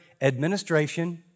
administration